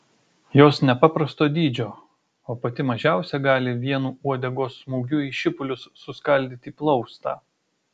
jos nepaprasto dydžio o pati mažiausia gali vienu uodegos smūgiu į šipulius suskaldyti plaustą